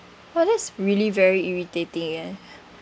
oh that's really very irritating eh